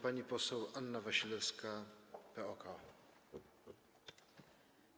Pani poseł Anna Wasilewska, PO-KO.